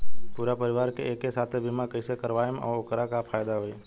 पूरा परिवार के एके साथे बीमा कईसे करवाएम और ओकर का फायदा होई?